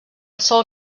sòl